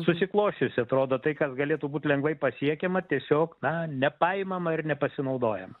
susiklosčiusi atrodo tai kas galėtų būt lengvai pasiekiama tiesiog na nepaimama ir nepasinaudojama